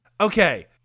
Okay